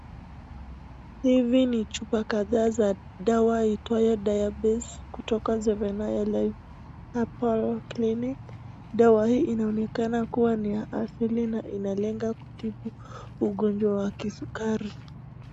Hivi ni chupa kadhaa za dawa iitwayo Diabeze kutoka Zephania Life Herbal Clinic. Dawa hii inaonekana kuwa ni ya asili na inalenga kutibu ugonjwa wa kisukari.